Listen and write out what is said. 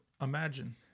imagine